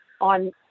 on